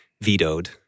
vetoed